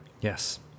Yes